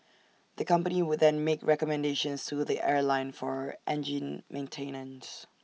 the company would then make recommendations to the airline for engine maintenance